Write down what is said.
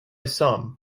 some